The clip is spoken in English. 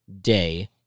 day